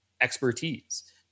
expertise